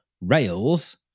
rails